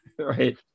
Right